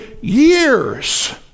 years